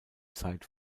zeit